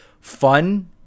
fun